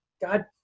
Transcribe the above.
God